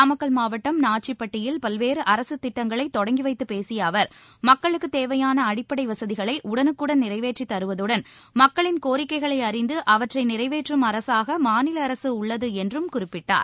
நாமக்கல் மாவட்டம் நாச்சிப்பட்டியில் பல்வேறு அரசு திட்டங்களை தொடங்கி வைத்துப் பேசிய அவர் மக்களுக்குத் தேவையாள அடிப்படை வசதிகளை உடனுக்குடன் நிறைவேற்றி தருவதுடன் மக்களின் கோரிக்கைகளை அறிந்து அவற்றை நிறைவேற்றும் அரசாக மாநில அரசு உள்ளது என்றும் குறிப்பிட்டார்